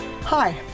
Hi